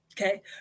Okay